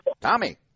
Tommy